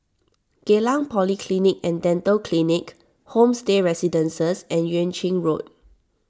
Geylang Polyclinic and Dental Clinic Homestay Residences and Yuan Ching Road